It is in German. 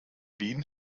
wien